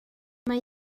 mae